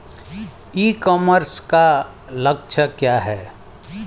ई commerce का लक्ष्य क्या है?